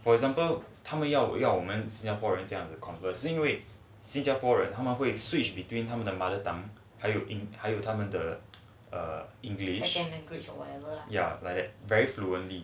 for example 他们要要我们 singaporean 这样子 conversing 是因为新加坡人他们会 switch between 他们的 mother tongue 还有 in 还有他们的 err english ya like that very fluently